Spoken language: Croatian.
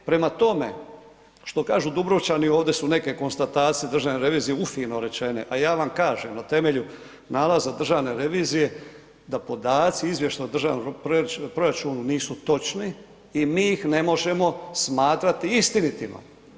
Prema tome, što kažu Dubrovčani, ovdje su neke konstatacije državne revizije ufino rečene, a ja vam kažem na temelju nalaza državne revizije da podaci … [[Govornik se ne razumije]] državnom proračunu nisu točni i mi ih ne možemo smatrati istinitima.